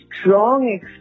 strong